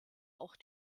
auch